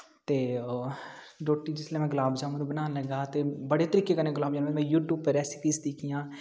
ते रोट्टी जिसलै में गुलाब जामुन बनान लगा ते बड़े तरीके कन्नैं में यूटयूव पर रैसिपीस दिक्खियां